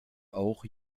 auch